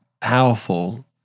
powerful